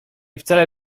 wcale